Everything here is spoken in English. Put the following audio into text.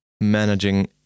managing